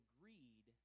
greed